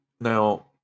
now